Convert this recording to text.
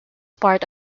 part